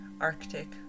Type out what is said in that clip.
Arctic